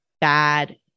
bad